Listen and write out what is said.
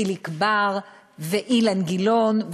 חיליק בר ואילן גילאון.